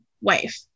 wife